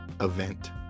event